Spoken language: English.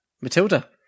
Matilda